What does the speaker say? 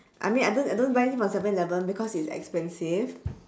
I mean I don't I don't buy anything from seven-eleven because it's expensive